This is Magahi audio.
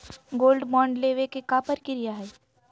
गोल्ड बॉन्ड लेवे के का प्रक्रिया हई?